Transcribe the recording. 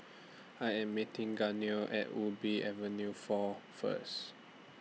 I Am meeting Gaynell At Ubi Avenue four First